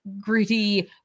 gritty